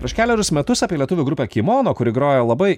prieš kelerius metus apie lietuvių grupę kimono kuri grojo labai